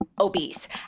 obese